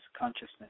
consciousness